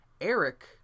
Eric